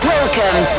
Welcome